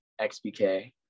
xbk